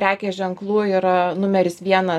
prekės ženklų yra numeris vienas